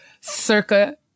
circa